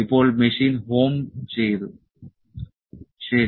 ഇപ്പോൾ machine home ചെയ്തു ശരി